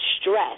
stress